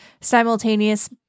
simultaneous